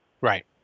Right